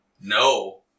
No